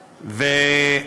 בו.